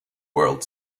world